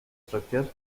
structure